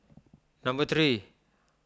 number three